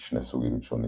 מ-2 סוגים שונים